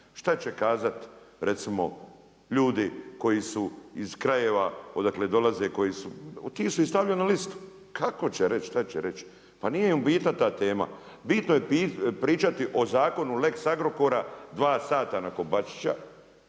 Šta će kazat recimo ljudi koji su iz krajeva odakle dolaze koji su, ti su ih stavili na listu. Kako će reći? Šta će reći? Pa nije im bitna ta tema. Bitno je pričati o zakonu lex Agrokora 2 sata nakon Bačića